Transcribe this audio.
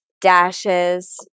Dashes